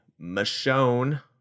Michonne